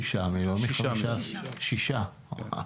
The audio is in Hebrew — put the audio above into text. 6,000,000?